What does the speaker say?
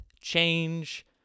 change